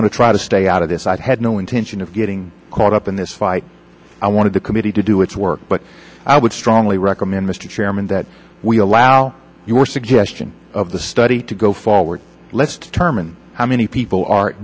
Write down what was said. going to try to stay out of this i had no intention of getting caught up in this fight i wanted the committee to do its work but i would strongly recommend mr chairman that we your suggestion of the study to go forward let's determine how many people are